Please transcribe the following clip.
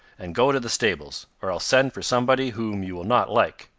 and go to the stables, or i'll send for somebody whom you will not like.